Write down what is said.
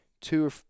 two